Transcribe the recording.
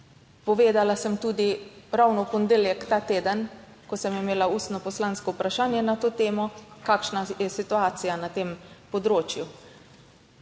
Povedala sem tudi, ravno v ponedeljek ta teden, ko sem imela ustno poslansko vprašanje na to temo, kakšna je situacija na tem področju.